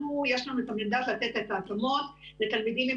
יש לנו את ה --- לתת את ההתאמות לתלמידים עם